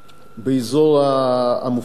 באזור המופלא הזה.